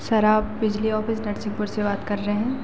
sir आप बिजली office Narsinghpur से बात कर रहे हैं